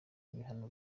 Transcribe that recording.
ibihano